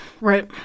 Right